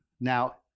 Now